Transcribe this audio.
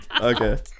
Okay